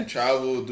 Travel